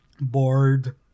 Bored